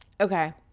okay